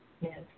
Yes